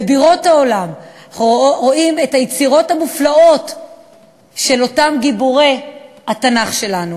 בבירות העולם רואים את היצירות המופלאות על אותם גיבורי התנ"ך שלנו.